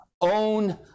own